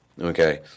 okay